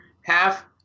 half